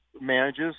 manages